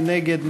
מי נגד?